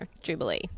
Jubilee